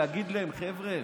להגיד הם: חבר'ה,